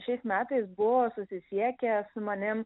šiais metais buvo susisiekę su manim